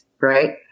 Right